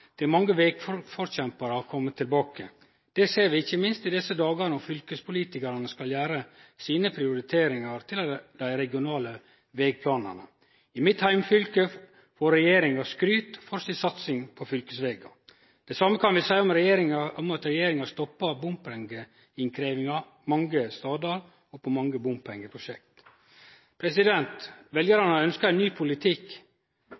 dei regionale vegplanane. I mitt heimfylke får regjeringa skryt for si satsing på fylkesvegar. Det same kan vi seie om at regjeringa stoppar bompengeinnkrevjinga mange stader og på mange bompengeprosjekt.